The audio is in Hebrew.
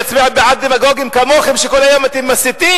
אני אצביע בעד דמגוגים כמוכם שכל היום אתם מסיתים?